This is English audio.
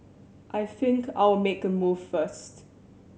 I think I'll make a move first